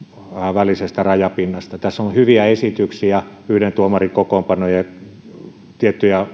välisestä rajapinnasta tässä on on hyviä esityksiä yhden tuomarin kokoonpano ja